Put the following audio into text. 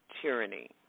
Tyranny